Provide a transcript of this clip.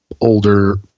older